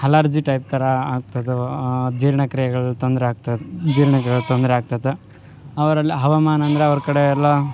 allergy type ಥರ ಆಗ್ತದೆ ಜೀರ್ಣ ಕ್ರಿಯೆಗಳ ತೊಂದರೆ ಆಗ್ತದೆ ಜೀರ್ಣ ಕ್ರಿಯೆಗಳ ತೊಂದರೆ ಆಗ್ತದೆ ಅವರಲ್ಲಿ ಹವಾಮಾನ ಅಂದರೆ ಅವ್ರ ಕಡೆ ಎಲ್ಲ